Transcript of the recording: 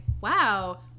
wow